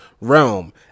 realm